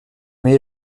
nommé